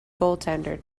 goaltender